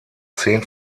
zehn